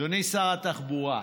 אדוני שר התחבורה,